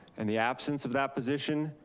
and the absence of that position,